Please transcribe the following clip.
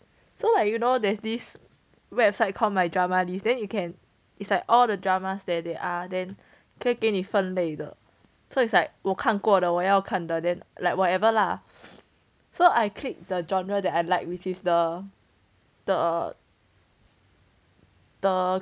so like there's this website called mydramalist then you can it's like all the dramas that there are then 给你分类的 so it's like 我看过的我要看的 then like whatever lah so I click the genre that I like which is the the